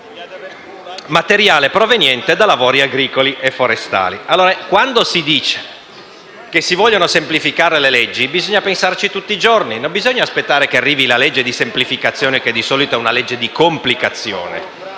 materiale proveniente da lavori agricoli e forestali. Quando si dice che si vogliono semplificare le leggi, bisogna pensarci tutti i giorni; non bisogna aspettare che arrivi la legge di semplificazione, che di solito è di complicazione.